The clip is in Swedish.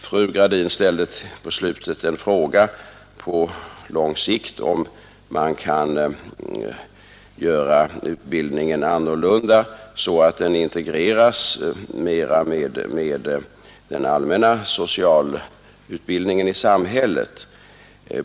Fru Gradin frågade på slutet om man på lång sikt kunde göra utbildningen annorlunda så att den integreras mera med den allmänna socialutbildningen i samhället.